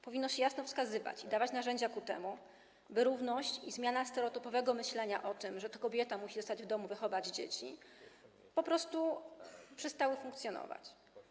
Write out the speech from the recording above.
Powinno się to jasno wskazywać i dawać narzędzia do temu, by równość i zmiana stereotypowego myślenia o tym, że to kobieta musi zostać w domu i wychować dzieci, po prostu zaczęły funkcjonować.